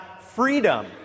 freedom